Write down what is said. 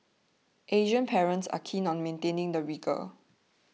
Asian parents are keen on maintaining the rigour